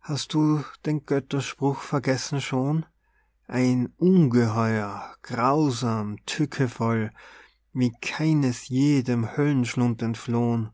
hast du den götterspruch vergessen schon ein ungeheuer grausam tückevoll wie keines je dem höllenschlund entflohn